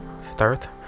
start